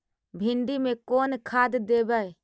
भिंडी में कोन खाद देबै?